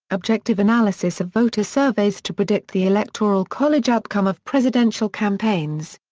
objective analysis of voter surveys to predict the electoral college outcome of presidential campaigns.